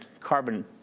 carbon